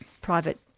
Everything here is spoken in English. private